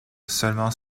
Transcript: seulement